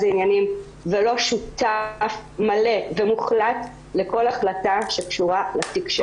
העניינים ולא שותף מלא ומוחלט לכל החלטה שקשורה לתיק שלו.